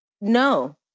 No